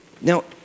Now